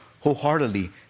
wholeheartedly